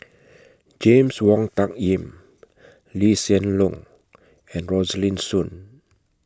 James Wong Tuck Yim Lee Hsien Loong and Rosaline Soon